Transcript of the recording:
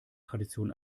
tradition